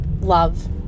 love